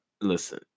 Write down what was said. listen